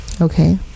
Okay